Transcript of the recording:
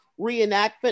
reenactment